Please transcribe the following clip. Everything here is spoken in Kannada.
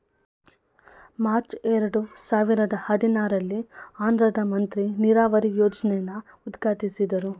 ಮಾರ್ಚ್ ಎರಡು ಸಾವಿರದ ಹದಿನಾರಲ್ಲಿ ಆಂಧ್ರದ್ ಮಂತ್ರಿ ನೀರಾವರಿ ಯೋಜ್ನೆನ ಉದ್ಘಾಟ್ಟಿಸಿದ್ರು